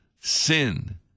sin